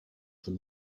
from